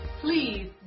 Please